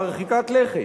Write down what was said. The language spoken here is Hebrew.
מרחיקת לכת,